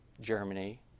Germany